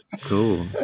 Cool